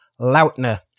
Lautner